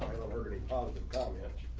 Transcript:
getting positive comments.